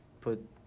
put